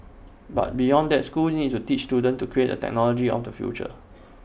but beyond that schools need to teach students to create the technology of the future